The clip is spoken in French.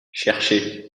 cherchez